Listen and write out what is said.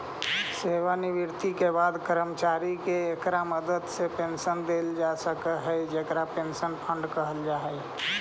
सेवानिवृत्ति के बाद कर्मचारि के इकरा मदद से पेंशन देल जा हई जेकरा पेंशन फंड कहल जा हई